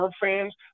fans